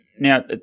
Now